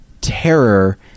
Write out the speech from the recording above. terror